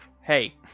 Hey